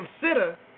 consider